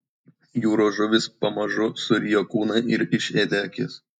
jūros žuvys pamažu surijo kūną ir išėdė akis